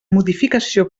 modificació